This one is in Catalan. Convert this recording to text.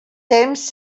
temps